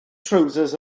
trowsus